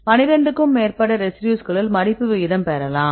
பன்னிரண்டுக்கும் மேற்பட்ட ரெசிடியூஸ்களுள் மடிப்பு வீதம் பெறலாம்